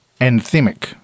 anthemic